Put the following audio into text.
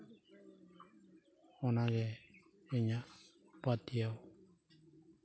ᱚᱱᱟᱜᱮ ᱤᱧᱟᱹᱜ ᱯᱟᱹᱛᱭᱟᱹᱣ